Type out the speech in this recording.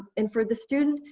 and for the student,